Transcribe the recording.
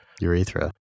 urethra